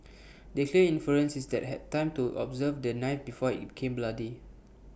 the clear inference is that had time to observe the knife before IT became bloody